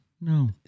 no